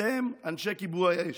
אתם, אנשי כיבוי האש,